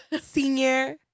Senior